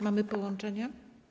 Mamy połączenie?